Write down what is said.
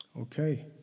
Okay